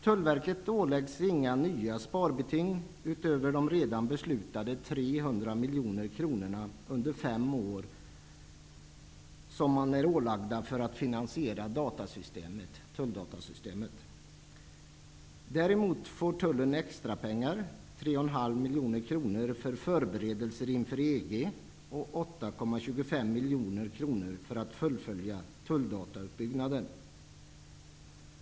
Tullverket åläggs inga nya sparbeting utöver de redan beslutade 300 miljoner kronor som man under fem år är ålagd att spara för att finansiera tulldatasystemet. Däremot får Tullen extrapengar. Man får 3,5 miljoner kronor för förberedelser inför EG och 8,25 miljoner kronor för att fullfölja tulldatauppbyggnaden.